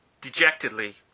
Dejectedly